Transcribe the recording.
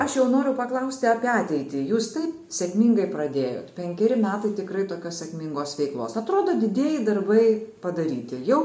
aš jau noriu paklausti apie ateitį jūs taip sėkmingai pradėjot penkeri metai tikrai tokios sėkmingos veiklos atrodo didieji darbai padaryti jau